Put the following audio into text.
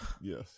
Yes